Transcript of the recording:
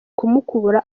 kumukura